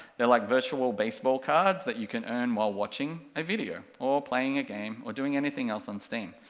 they're like virtual baseball cards, that you can earn while watching a video, or playing a game, or doing anything else on steam.